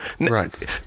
Right